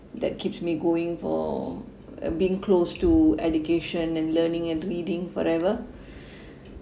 that keeps me going for uh being close to education and learning and reading forever